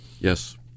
Yes